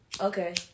Okay